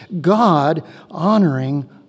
God-honoring